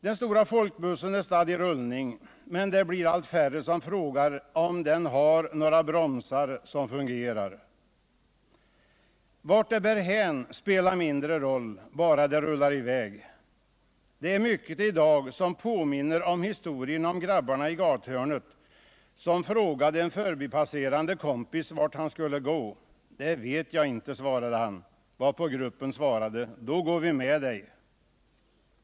Den stora folkbussen är stadd i rullning, men det blir allt färre som frågar om den har några bromsar som fungerar. Vart det bär hän spelar mindre roll, bara det rullar i väg. Det är mycket i dag som påminner om historien om grabbarna i gathörnet, som frågade en förbipasserande kompis vart han skulle gå. Det vet jag inte, svarade han, varpå gruppen sade: Då går vi med dig.